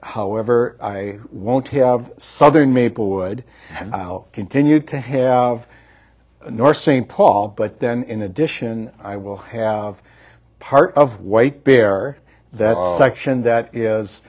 however i won't have southern maplewood and i'll continue to have north st paul but then in addition i will have part of white bear that section that is